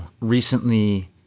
recently